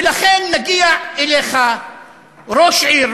ולכן מגיע אליך ראש עיר,